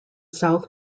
south